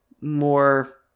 more